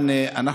בעניין,